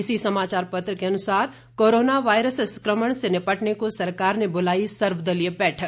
इसी समाचार पत्र के अनुसार कोरोना वायरस संकमण से निपटने को सरकार ने बुलाई सर्वदलीय बैठक